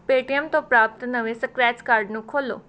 Paytm ਤੋਂ ਪ੍ਰਾਪਤ ਨਵੇਂ ਸਕ੍ਰੈਚ ਕਾਰਡ ਨੂੰ ਖੋਲ੍ਹੋ